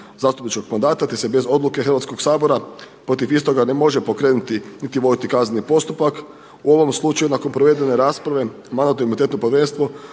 zastupničkog mandata, te se bez odluke Hrvatskog sabora protiv istoga ne može pokrenuti niti voditi kazneni postupak. U ovom slučaju nakon provedene rasprave Mandatno-imunitetno povjerenstvo